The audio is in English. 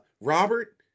Robert